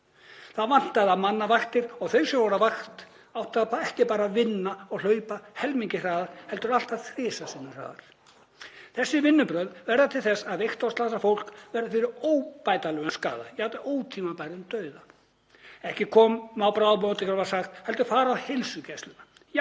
Það vantaði að manna vaktir og þau sem voru á vakt áttu ekki bara að vinna og hlaupa helmingi hraðar heldur allt að þrisvar sinnum hraðar. Þessi vinnubrögð verða til þess að veikt og slasað fólk verður fyrir óbætanlegum skaða, jafnvel ótímabærum dauða. Ekki koma á bráðamóttökuna, var sagt, heldur fara á heilsugæsluna.